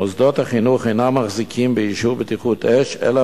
מוסדות החינוך אינם מחזיקים באישור בטיחות אש אלא